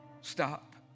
stop